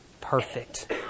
perfect